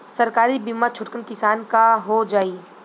सरकारी बीमा छोटकन किसान क हो जाई?